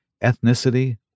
ethnicity